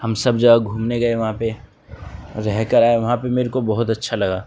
ہم سب جگہ گھومنے گئے وہاں پہ رہ کر آئے وہاں پہ میرے کو بہت اچھا لگا